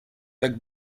так